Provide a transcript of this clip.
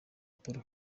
paul